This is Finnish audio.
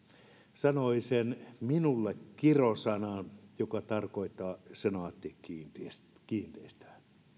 sanoi sen minulle kirosanan joka on senaatti kiinteistöt kiinteistöt